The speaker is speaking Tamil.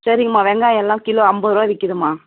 சரிங்கம்மா வெங்காயம் எல்லாம் கிலோ ஐம்பருவா விற்கிதும்மா